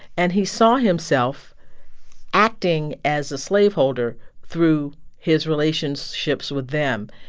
and he saw himself acting as a slaveholder through his relationships with them,